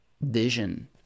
vision